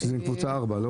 קבוצה ארבע.